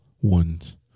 ones